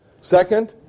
Second